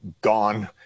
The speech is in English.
gone